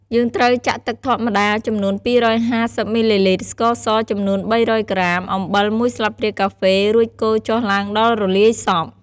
យើងត្រូវចាក់ទឹកធម្មតាចំនួន ២៥០ មីលីលីត្រ ស្ករស ចំនួន ៣០០ ក្រាម អំបិល ១ ស្លាបព្រាកាហ្វេ រួចកូរចុះឡើងដល់រលាយសព្វ។